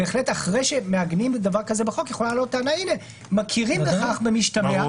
בהחלט אחרי שמעגנים דבר כזה בחוק יכולה לעלות טענה שמכירים בכך במשתמע.